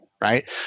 right